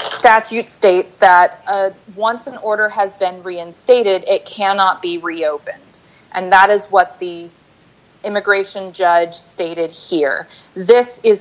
statute states that once an order has been reinstated it cannot be reopened and that is what the immigration judge stated here this is